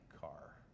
car